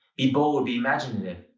be bold. be imaginative.